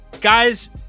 Guys